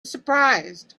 surprised